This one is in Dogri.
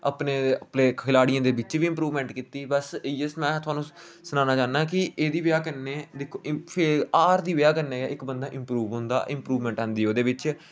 अपने अपने खलाड़ियें दे बिच्च बी इंप्रूवमेंट कीती बस इ'यै सनाया में थुआनू सनाना चाहन्नां कि एहदी बजह कन्नै हार दी बजह कन्नै गै इक बंदा इंप्रूव होंदा इंप्रूवमेंट आंदी ओह्दे बिच्च